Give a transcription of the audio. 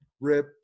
rip